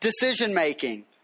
decision-making